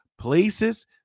places